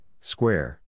square